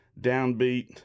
downbeat